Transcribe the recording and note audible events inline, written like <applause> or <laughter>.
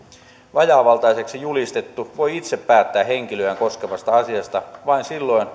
vajaavaltaiseksi julistettu voi itse päättää henkilöään koskevasta asiasta vain silloin <unintelligible>